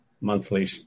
monthly